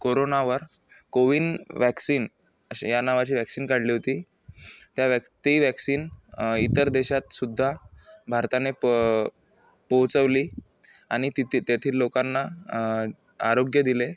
कोरोनावर कोविन वॅक्सिन असे या नावाची व्हॅक्सिन काढली होती त्या वॅक् ते वॅक्सिन इतर देशातसुद्धा भारताने पं पोहोचवली आनि तिथे तेथील लोकांना आरोग्य दिले